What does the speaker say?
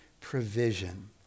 provision